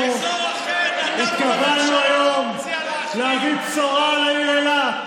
"או אזור אחר" אנחנו התכוונו היום להביא בשורה לעיר אילת